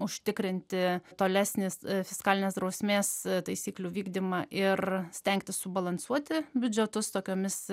užtikrinti tolesnis fiskalinės drausmės taisyklių vykdymą ir stengtis subalansuoti biudžetus tokiomis